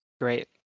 Great